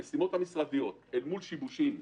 המשימות המשרדיות אל מול שיבושים,